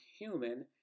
human